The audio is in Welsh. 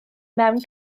mewn